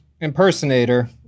impersonator